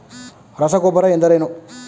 ರಸಗೊಬ್ಬರ ಎಂದರೇನು?